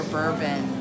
Bourbon